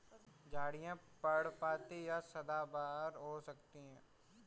झाड़ियाँ पर्णपाती या सदाबहार हो सकती हैं